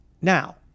Now